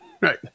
Right